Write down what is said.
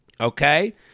okay